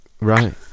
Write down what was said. Right